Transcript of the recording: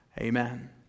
Amen